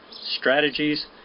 strategies